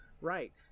right